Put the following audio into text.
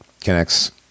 connects